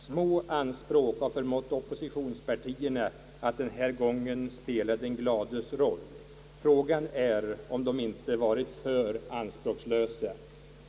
Små anspråk har förmått oppositionspartierna att denna gång spela den glades roll. Frågan är om de inte varit för anspråkslösa.